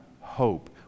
hope